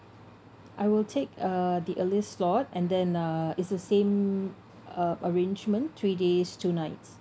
I will take uh the earliest slot and then uh it's the same uh arrangement three days two nights